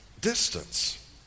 distance